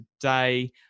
today